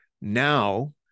Now